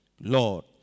Lord